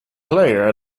player